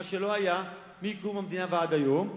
מה שלא היה מקום המדינה ועד היום,